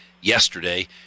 yesterday